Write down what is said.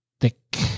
Thick